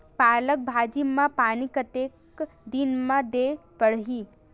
पालक भाजी म पानी कतेक दिन म देला पढ़ही?